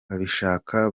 babishaka